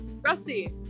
Rusty